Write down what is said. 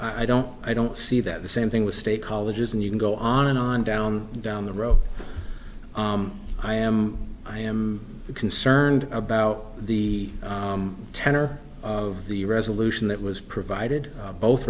i don't i don't see that the same thing with state colleges and you can go on and on down down the road i am i am concerned about the tenor of the resolution that was provided both